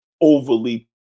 overly